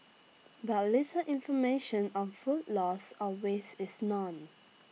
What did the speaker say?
but little information on food loss or waste is known